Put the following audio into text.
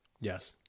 Yes